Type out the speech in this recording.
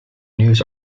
news